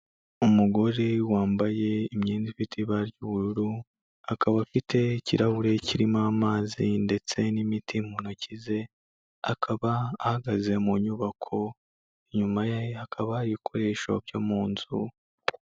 Umugore wambaye imyenda ifite ibara ry'ubururu, akaba afite ikirahure kirimo amazi ndetse n'imiti mu ntoki ze, akaba ahagaze mu nyubako inyuma ye hakaba ibikoresho byo mu nzu.